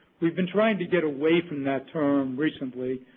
we've been trying to get away from that term recently,